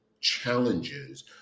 challenges